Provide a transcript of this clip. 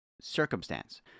circumstance